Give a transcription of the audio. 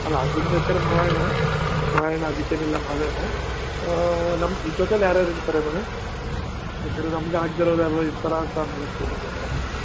ಅಲ್ಲ ಅದನ್ನು ಬೇಕಾದ್ರೆ ಮಾಡೋಣ ಮಾಡೋಣ ಅದಕ್ಕೇನಿಲ್ಲ ಮಾಡೋಣ ನಮ್ಮ ಜೊತೆಯಲ್ ಯಾರು ಯಾರಿರ್ತಾರೆ ಮೇಡಮ್ ಯಾಕಂದ್ರೆ ನಮ್ಗೆ ಆಗದೇ ಇರೋರೆಲ್ಲ ಇರ್ತಾರಾ ಅಂತ ಆಮೇಲೆ ಅಷ್ಟೇ ಇನ್ನೇನಿಲ್ಲ